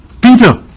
Peter